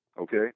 Okay